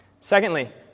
Secondly